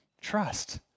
Trust